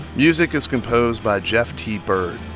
music is composed by jeff t. byrd